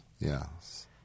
yes